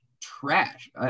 trash